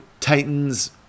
Titans